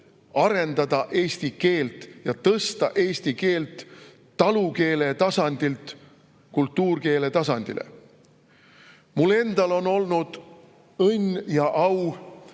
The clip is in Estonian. arendada eesti keelt ja tõsta eesti keel talukeele tasandilt kultuurkeele tasandile. Mul endal on olnud õnn ja au